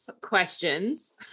questions